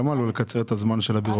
למה לא לקצר את הזמן של הבירוקרטיה?